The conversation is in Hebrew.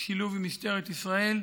בשילוב משטרת ישראל,